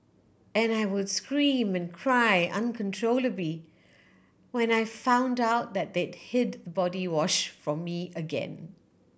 and I would scream and cry uncontrollably when I found out that they'd hid body wash from me again